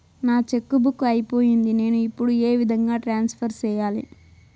నా cheque book అయిపోయింది నేను ఇప్పుడు ఏ విధంగా ట్రాన్స్ఫర్ సేయాలి?